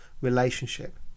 relationship